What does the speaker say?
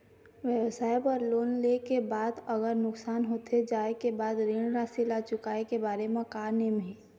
व्यवसाय बर लोन ले के बाद अगर नुकसान होथे जाय के बाद ऋण राशि ला चुकाए के बारे म का नेम हे?